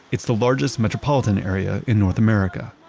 it's the largest metropolitan area in north america.